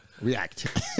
React